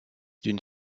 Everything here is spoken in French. d’une